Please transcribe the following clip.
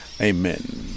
amen